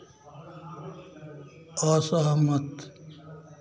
असहमत